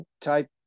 type